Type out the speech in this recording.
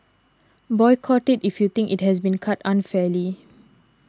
boycott it if you think it has been cut unfairly